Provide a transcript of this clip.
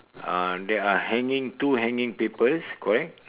uh there are hanging two hanging papers correct